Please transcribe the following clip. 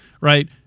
right